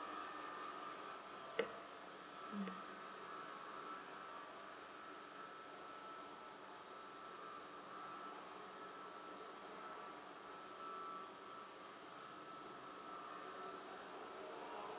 mm